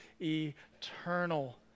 eternal